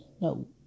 No